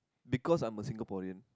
because I'm a Singaporean